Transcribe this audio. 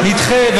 נדחה,